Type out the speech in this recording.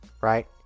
Right